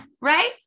Right